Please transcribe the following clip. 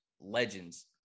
legends